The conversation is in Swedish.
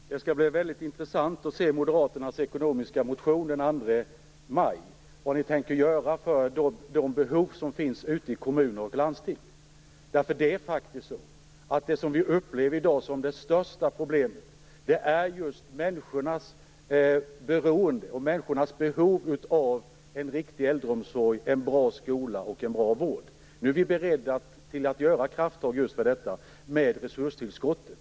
Fru talman! Det skall bli väldigt intressant att se Moderaternas ekonomiska motion den 2 maj. Vad tänker Moderaterna göra för de behov som finns ute i kommuner och landsting? Det som vi i dag upplever som det största problemet är nämligen just människornas beroende och behov av en riktig äldreomsorg, en bra skola och en bra vård. Regeringen är beredd att ta krafttag just för detta, med resurstillskottet.